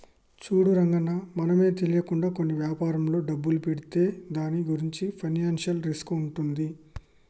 చూడు రంగన్న మనమే తెలియకుండా కొన్ని వ్యాపారంలో డబ్బులు పెడితే దాని గురించి ఫైనాన్షియల్ రిస్క్ ఉంటుంది